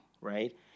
right